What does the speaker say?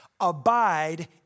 Abide